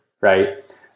right